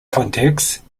context